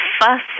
fuss